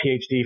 PhD